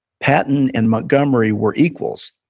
patton and montgomery were equals.